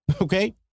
okay